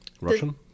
Russian